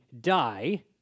die